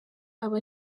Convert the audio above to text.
aba